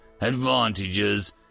advantages